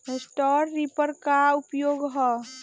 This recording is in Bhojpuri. स्ट्रा रीपर क का उपयोग ह?